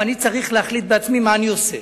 ואני צריך להחליט בעצמי מה אני עושה.